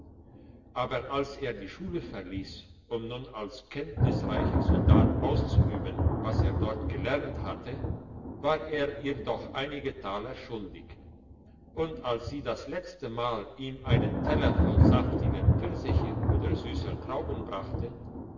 aber als er die schule verliess um nun als kenntnisreicher soldat auszuüben was er dort gelernt hatte war er ihr doch einige taler schuldig und als sie das letzte mal ihm einen teller voll saftiger pfirsiche oder süsser trauben brachte